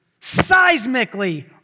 seismically